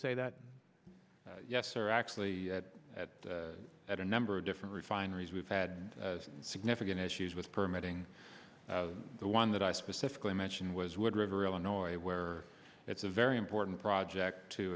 say that yes or actually at at a number of different refineries we've had significant issues with permitting the one that i specifically mention was would river illinois where it's a very important project to